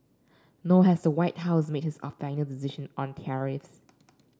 nor has the White House made its final decision on tariffs